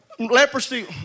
Leprosy